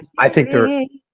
i think their all